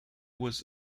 was